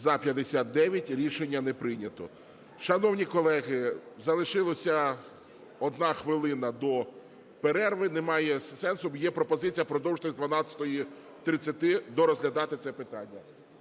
За-59 Рішення не прийнято. Шановні колеги, залишилася одна хвилина до перерви, немає сенсу… Є пропозиція продовжити з 12:30, дорозглядати це питання.